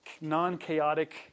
non-chaotic